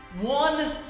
one